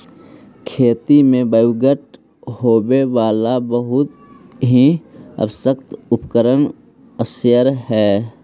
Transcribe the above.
खेती में प्रयुक्त होवे वाला बहुत ही आवश्यक उपकरण स्प्रेयर हई